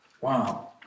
Wow